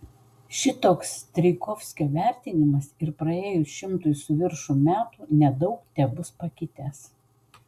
šitoks strijkovskio vertinimas ir praėjus šimtui su viršum metų nedaug tebus pakitęs